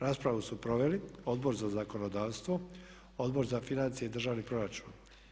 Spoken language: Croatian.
Raspravu su proveli Odbor za zakonodavstvo, Odbor za financije i državni proračun.